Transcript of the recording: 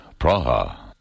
Praha